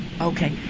Okay